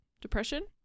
depression